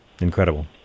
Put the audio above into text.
incredible